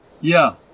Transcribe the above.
Yeah